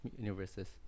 universes